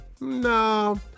No